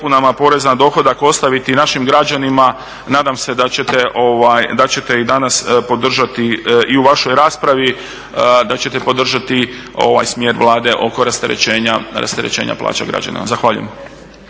dopunama poreza na dohodak ostaviti našim građanima nadam se da ćete i danas podržati i u vašoj raspravi da ćete podržati ovaj smjer Vlade oko rasterećenja plaća građana. Zahvaljujem.